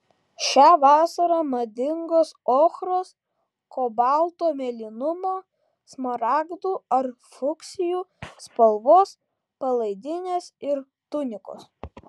šią vasarą madingos ochros kobalto mėlynumo smaragdų ar fuksijų spalvos palaidinės ir tunikos